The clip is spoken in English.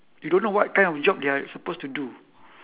you don't know what kind of job they are supposed to do